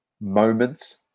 moments